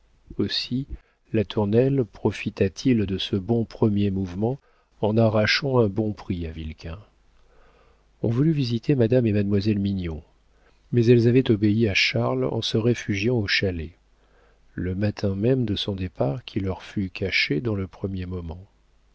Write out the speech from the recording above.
aussi latournelle profita-t-il de ce bon premier mouvement en arrachant un bon prix à vilquin on voulut visiter madame et mademoiselle mignon mais elles avaient obéi à charles en se réfugiant au chalet le matin même de son départ qui leur fut caché dans le premier moment